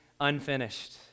unfinished